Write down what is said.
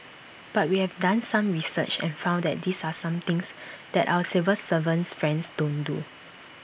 but we have done some research and found that these are some things that our civil servant friends don't do